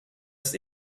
ist